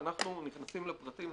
אנחנו נכנסים לפרטים,